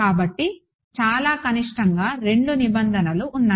కాబట్టి చాలా కనిష్టంగా రెండు నిబంధనలు ఉన్నాయి